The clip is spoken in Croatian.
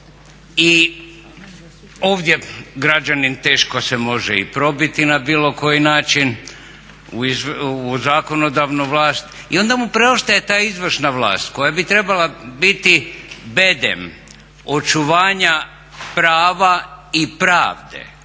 i ovdje građanin teško se može i probiti na bilo koji način u zakonodavnu vlast i onda mu preostaje ta izvršna vlast koja bi trebala biti bedem očuvanja prava i pravde